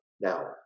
now